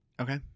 Okay